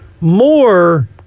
more